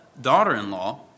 daughter-in-law